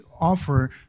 offer